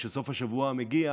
כשסוף השבוע מגיע,